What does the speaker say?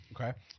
Okay